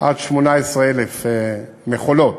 עד 18,000 מכולות,